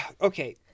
Okay